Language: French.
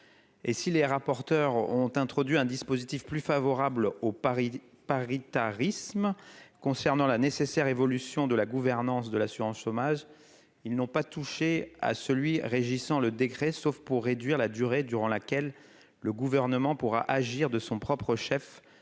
et si les rapporteurs ont introduit un dispositif plus favorable au Paris paritarisme concernant la nécessaire évolution de la gouvernance de l'assurance chômage, ils n'ont pas touché à celui régissant le décret sauf pour réduire la durée durant laquelle le gouvernement pourra agir de son propre chef